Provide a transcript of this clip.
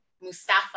mustafa